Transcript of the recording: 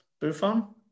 Buffon